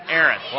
Aaron